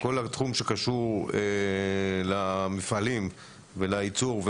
התחום שקשור למפעלים ולייצור,